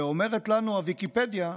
ואומרת לנו ויקיפדיה,